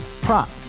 Prop